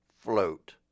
Float